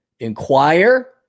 Inquire